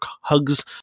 hugs